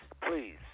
please